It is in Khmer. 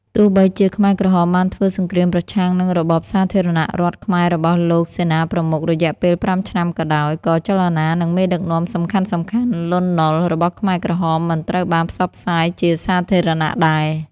ទោះបីជាខ្មែរក្រហមបានធ្វើសង្គ្រាមប្រឆាំងនឹងរបបសាធារណរដ្ឋខ្មែររបស់លោកសេនាប្រមុខ រយៈពេល៥ឆ្នាំក៏ដោយ ក៏ចលនានិងមេដឹកនាំសំខាន់ៗ លន់ នល់ របស់ខ្មែរក្រហមមិនត្រូវបានផ្សព្វផ្សាយជាសាធារណៈដែរ ។